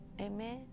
Amen